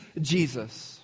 Jesus